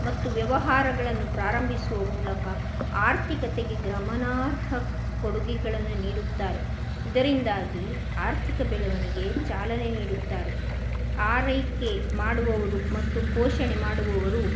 ಮತ್ತು ವ್ಯವಹಾರಗಳನ್ನು ಪ್ರಾರಂಭಿಸುವ ಮೂಲಕ ಆರ್ಥಿಕತೆಗೆ ಗಮನಾರ್ಹ ಕೊಡುಗೆಗಳನ್ನು ನೀಡುತ್ತಾರೆ ಇದರಿಂದಾಗಿ ಆರ್ಥಿಕ ಬೆಳವಣಿಗೆ ಚಾಲನೆ ನೀಡುತ್ತಾರೆ ಆರೈಕೆ ಮಾಡುವವರು ಮತ್ತು ಪೋಷಣೆ ಮಾಡುವವರು